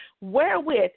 wherewith